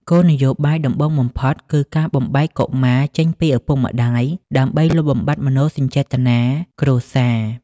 គោលនយោបាយដំបូងបំផុតគឺការបំបែកកុមារចេញពីឪពុកម្ដាយ ដើម្បីលុបបំបាត់មនោសញ្ចេតនាគ្រួសារ។